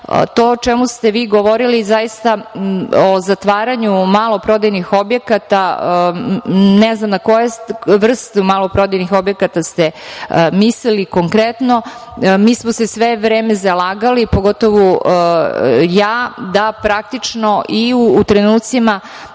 To o čemu ste vi govorili o zatvaranju maloprodajnih objekata, ne znam na koje vrste maloprodajnih objekata ste mislili konkretno, mi smo se sve vreme zalagali, pogotovo ja, da praktično i u trenucima